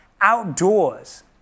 outdoors